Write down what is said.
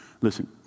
Listen